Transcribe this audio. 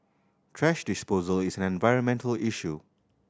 thrash disposal is an environmental issue